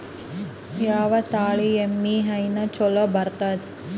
ಯಾವ ತಳಿ ಎಮ್ಮಿ ಹೈನ ಚಲೋ ಬರ್ತದ?